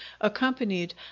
accompanied